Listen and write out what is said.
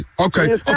okay